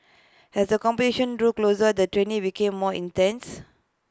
as the competition drew closer the training became more intense